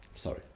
Sorry